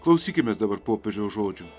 klausykimės dabar popiežiaus žodžių